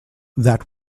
that